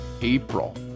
April